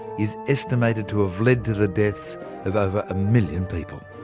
is estimated to have led to the deaths of over a million people.